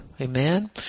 Amen